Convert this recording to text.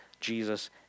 Jesus